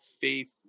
faith